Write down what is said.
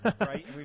right